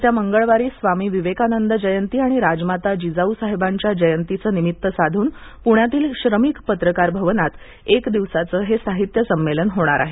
येत्या मंगळवारी स्वामी विवेकानंद जयंती आणि राजमाता जिजाऊसाहेबांच्या जयंतीचे निमित्त साधून पुण्यातील श्रमिक पत्रकार भवनात एक दिवसाचे हे साहित्य संमेलन होणार आहे